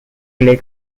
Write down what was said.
clay